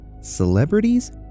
Celebrities